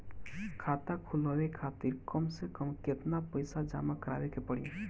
खाता खुलवाये खातिर कम से कम केतना पईसा जमा काराये के पड़ी?